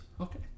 Okay